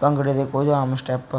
ਭੰਗੜੇ ਦੇ ਕੁਝ ਆਮ ਸਟੈਪ